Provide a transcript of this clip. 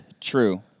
true